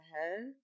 head